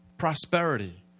prosperity